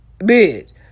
bitch